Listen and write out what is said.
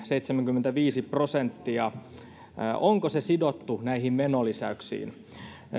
seitsemänkymmentäviisi prosenttia sidottu näihin menolisäyksiin